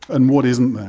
and what isn't there?